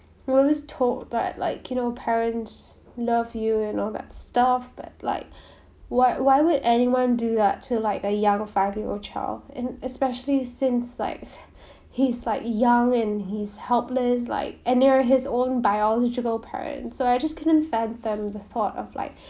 I was told but like you know parents love you and all that stuff but like why why would anyone do that to like a young five year old child and especially since like he's like young and he's helpless like they’re his own biological parents so I just couldn't fathom the thought of like